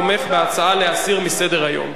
תומך בהצעה להסיר מסדר-היום.